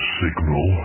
signal